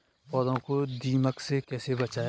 पौधों को दीमक से कैसे बचाया जाय?